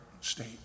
state